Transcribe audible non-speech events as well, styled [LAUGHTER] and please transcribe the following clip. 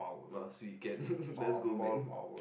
last weekend [LAUGHS] let's go man